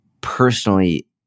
Personally